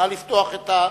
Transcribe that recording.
נא לפתוח את,